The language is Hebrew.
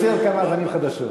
הוא גם ייצר כמה אבנים חדשות.